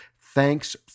Thanks